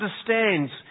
understands